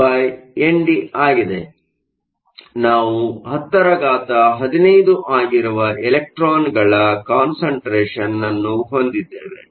ಆದ್ದರಿಂದ ನಾವು 1015 ಆಗಿರುವ ಎಲೆಕ್ಟ್ರಾನ್ಗಳ ಕಾನ್ಸಂಟ್ರೇಷನ್ನ್ನು ಹೊಂದಿದ್ದೇವೆ